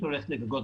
לעניין הגגות.